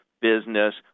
business